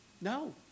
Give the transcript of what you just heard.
No